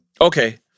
Okay